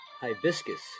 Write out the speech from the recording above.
Hibiscus